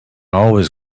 always